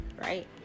right